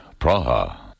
Praha